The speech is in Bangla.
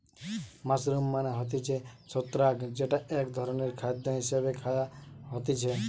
মাশরুম মানে হতিছে ছত্রাক যেটা এক ধরণের খাদ্য হিসেবে খায়া হতিছে